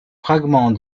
fragments